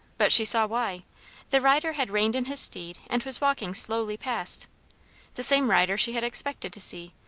but she saw why the rider had reined in his steed and was walking slowly past the same rider she had expected to see,